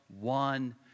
one